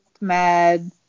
Med